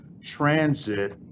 transit